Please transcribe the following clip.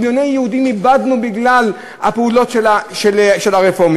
מיליוני יהודים איבדנו בגלל הפעולות של הרפורמים.